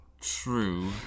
True